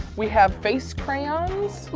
we have face crayons. ooh!